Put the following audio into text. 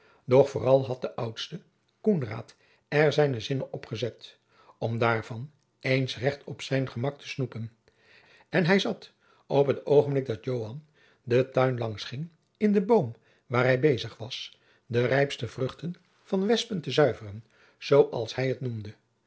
doch vooral had de oudste koenraad er zijne zinnen op gezet om daarvan eens recht op zijn gemak te snoepen en hij zat op het oogenblik dat joan den tuin langs ging in den boom waar hij bezig was de rijpste vruchten van wespen te zuiveren zoo als hij het noemde